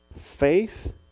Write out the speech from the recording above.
Faith